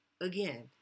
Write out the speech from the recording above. Again